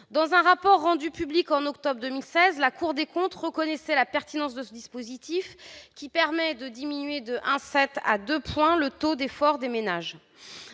Dans un rapport rendu public en novembre 2016, la Cour des comptes reconnaissait la pertinence de ce dispositif, qui permet de diminuer de 1,7 à 2 points le taux d'effort des ménages.